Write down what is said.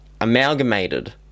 amalgamated